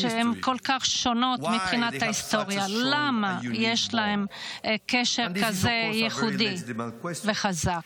מכאן והלאה היו מדינותינו מאוחדות בקשר אמיתי של ידידות וחברות,